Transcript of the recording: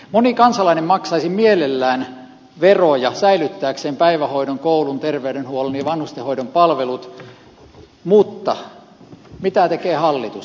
moni kansalainen maksaisi mielellään veroja säilyttääkseen päivähoidon koulun terveydenhuollon ja vanhustenhoidon palvelut mutta mitä tekee hallitus